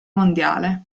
mondiale